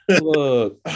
Look